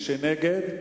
נגד,